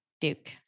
Duke